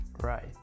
Right